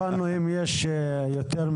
בני, תן לי.